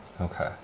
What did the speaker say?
Okay